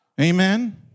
Amen